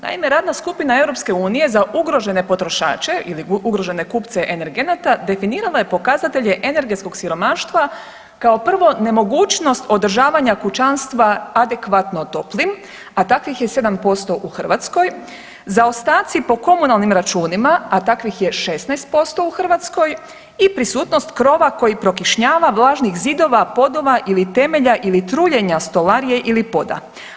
Naime, radna skupina EU za ugrožene potrošače ili ugrožene kupce energenata definirala je pokazatelje energetskog siromaštva kao prvo nemogućnost održavanja kućanstva adekvatno toplim, a takvih je 7% u Hrvatskoj, zaostaci po komunalnim računima, a takvih je 16% u Hrvatskoj i prisutnost krova koji prokišnjava, vlažnih zidova, podova ili temelja ili truljenja stolarije ili poda.